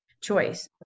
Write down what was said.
choice